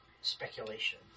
speculation